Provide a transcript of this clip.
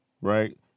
right